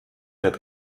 wird